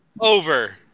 Over